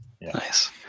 Nice